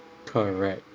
correct